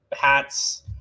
hats